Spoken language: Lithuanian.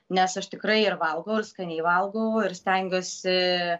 nes aš tikrai ir valgau ir skaniai valgau ir stengiuosi